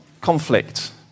conflict